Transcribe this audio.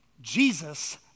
Jesus